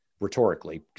rhetorically